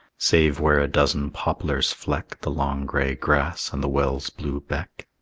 save where a dozen poplars fleck the long gray grass and the well's blue beck.